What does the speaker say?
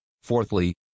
fourthly